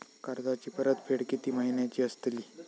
कर्जाची परतफेड कीती महिन्याची असतली?